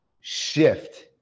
shift